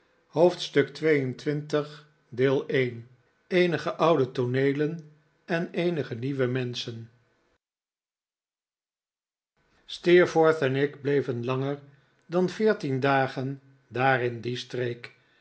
hoofdstuk xxii eenige oude tooneelen en eenige nieuwe menschen steerforth en ik bleven langer dan veertien dagen daar in die streek